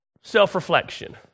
self-reflection